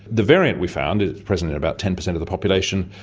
the variant we found is present in about ten percent of the population.